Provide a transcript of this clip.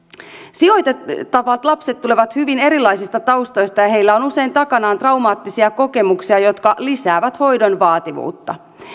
sijoitettavat lapset tulevat hyvin erilaisista taustoista ja heillä on usein takanaan traumaattisia kokemuksia jotka lisäävät hoidon vaativuutta